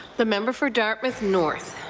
the member for dartmouth north.